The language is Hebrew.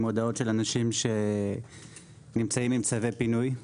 הודעות של אנשים שנמצאים עם צווי פינוי.